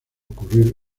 ocurrir